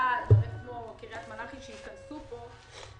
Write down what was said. בעד כמו קריית מלאכי שתיכנס לפה.